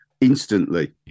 instantly